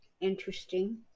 Interesting